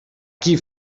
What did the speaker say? qui